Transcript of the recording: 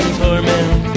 torment